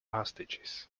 hostages